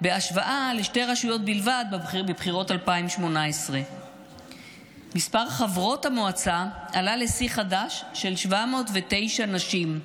בהשוואה לשתי רשויות בלבד בבחירות 2018. מספר חברות המועצה עלה לשיא חדש של 709 נשים,